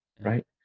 right